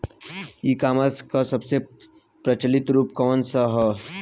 ई कॉमर्स क सबसे प्रचलित रूप कवन सा ह?